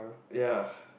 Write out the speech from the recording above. ya